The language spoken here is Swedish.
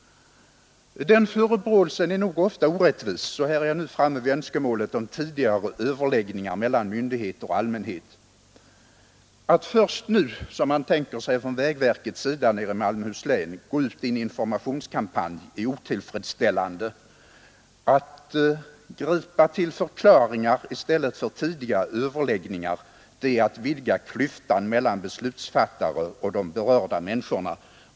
Den förebråelsen är nog orättvis, och här är jag nu framme vid önskemålet om tidiga överläggningar mellan myndigheter och allmänhet. Att först nu — som vägverket tänkt sig — gå ut i en informationskampanj är otillfredsställande. Att i efterhand gripa till förklaringar i stället för att ordna tidiga överläggningar — det är att vidga klyftan mellan beslutsfattare och de berörda människorna.